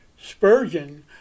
Spurgeon